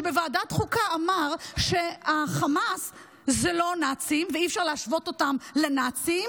שבוועדת החוקה אמר שהחמאס זה לא נאצים ואי-אפשר להשוות אותם לנאצים,